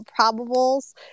probables